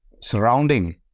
surrounding